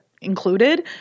included